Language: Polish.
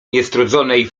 niestrudzonej